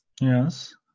Yes